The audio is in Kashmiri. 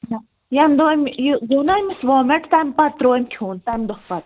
نَہ ییٚمہِ دۄہ أمۍ یہِ گوٚو نَہ أمِس ووٚمیٚٹ تَمہِ پَتہٕ ترٛوو أمۍ کھیٛون تَمہِ دۄہ پَتہٕ